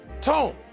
Tone